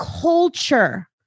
culture